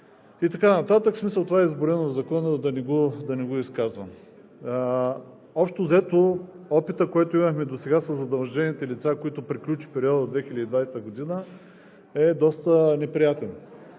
и така нататък. Това е изброено в Закона – да не го изказвам. Общо взето опитът, който имахме досега със задължените лица, за които приключи периодът 2020 г., е доста неприятен.